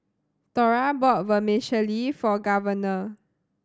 Thora bought Vermicelli for Governor